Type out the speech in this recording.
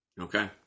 Okay